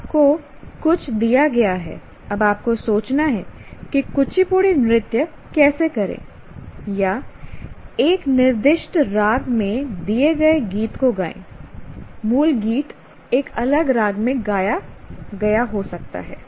आपको कुछ दिया गया है अब आपको सोचना है कि कुचिपुड़ी नृत्य कैसे करें या एक निर्दिष्ट राग में दिए गए गीत को गाएं मूल गीत एक अलग राग में गाया गया हो सकता है